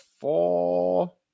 four